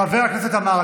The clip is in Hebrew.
חבר הכנסת עמר,